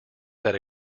that